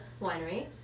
Winery